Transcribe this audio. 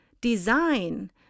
design